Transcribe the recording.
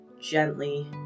gently